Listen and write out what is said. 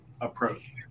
approach